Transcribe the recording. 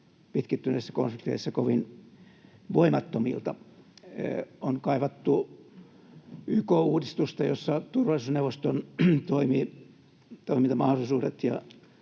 pitkittyneissä konflikteissa kovin voimattomilta. On kaivattu YK-uudistusta, jossa turvallisuusneuvoston toimintamahdollisuudet ja